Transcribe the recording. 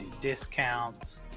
discounts